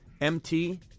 MT